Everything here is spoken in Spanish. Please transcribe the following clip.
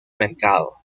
mercado